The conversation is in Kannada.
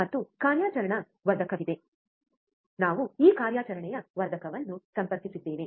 ಮತ್ತು ಕಾರ್ಯಾಚರಣಾ ವರ್ಧಕವಿದೆ ನಾವು ಈ ಕಾರ್ಯಾಚರಣೆಯ ವರ್ಧಕವನ್ನು ಸಂಪರ್ಕಿಸಿದ್ದೇವೆ